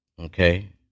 Okay